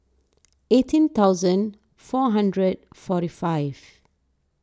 eighteen thousand four hundred forty five